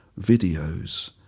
videos